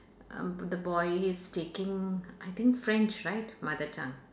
um the boy he's taking I think French right mother tongue